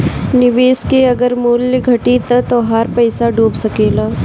निवेश के अगर मूल्य घटी त तोहार पईसा डूब सकेला